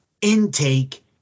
intake